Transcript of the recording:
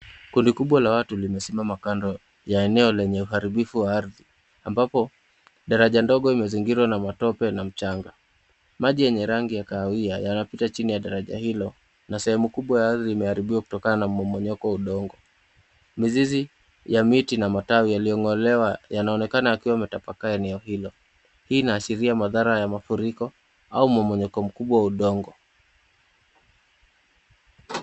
Kundi kubwa la watu limesimama kando ya eneo lenye uharibifu wa ardhi, ambapo daraja ndogo imezingirwa na matope na mchanga. Maji yenye rangi ya kahawia yanapita chini ya daraja hilo, na sehemu kubwa ya ardhi imeharibiwa kutokana na mmomonyoko wa udongo. Mizizi ya miti na matawi yalio ngolewa yaonekana yakiwa yametapakaa eneo hilo. Hii inahashiria madhara ya mafuriko au mmomonyoko mkubwa wa udongo.